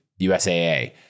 USAA